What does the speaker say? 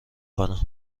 کنم